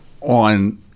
on